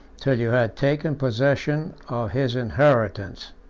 till you had taken possession of his inheritance.